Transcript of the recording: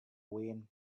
when